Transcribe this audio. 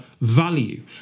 value